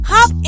Hop